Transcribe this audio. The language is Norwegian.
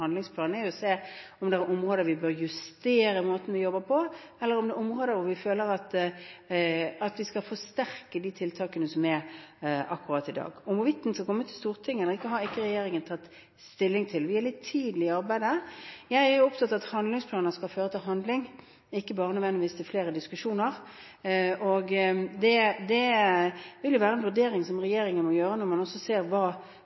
er jo å se på om det er områder der vi bør justere måten vi jobber på, eller om det er områder der vi føler at vi vil forsterke de tiltakene vi har i dag. Hvorvidt den skal komme til Stortinget eller ikke, har ikke regjeringen tatt stilling til. Vi er litt tidlig i arbeidet, og jeg er opptatt av at handlingsplaner skal føre til handling, ikke bare nødvendigvis til flere diskusjoner. Det vil være en vurdering som regjeringen må gjøre når man ser hva